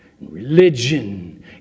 Religion